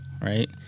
Right